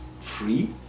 free